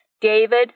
David